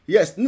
Yes